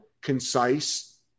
concise